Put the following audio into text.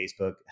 Facebook